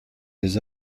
les